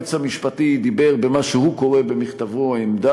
היועץ המשפטי דיבר במה שהוא קורא במכתבו "עמדה